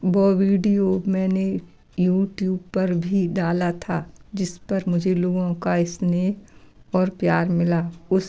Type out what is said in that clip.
वो वीडियो मैंने यूट्यूब पर भी डाला था जिस पर मुझे लोगों का स्नेह और प्यार मिला उस